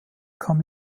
kam